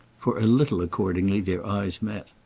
for a little accordingly their eyes met.